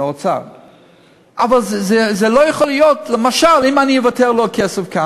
האופוזיציה והקואליציה, משוחררים לחצי